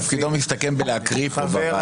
תפקידו מסתכם בלהקריא פה בוועדה.